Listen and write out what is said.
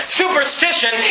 superstition